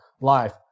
life